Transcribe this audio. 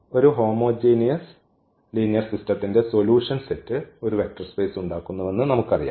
ഒരു homogeneous linear സിസ്റ്റത്തിന്റെ solution set ഒരു വെക്റ്റർ സ്പേസ് ഉണ്ടാക്കുന്നുവെന്ന് നമുക്കറിയാം